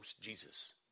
Jesus